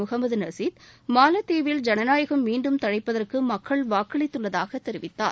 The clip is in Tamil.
முஹமது நசீத் மாலத்தீவில் ஜனநாயகம் மீண்டும் தழைப்பதற்கு மக்கள் வாக்களித்துள்ளதாக தெரிவித்தார்